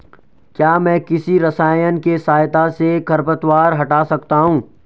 क्या मैं किसी रसायन के सहायता से खरपतवार हटा सकता हूँ?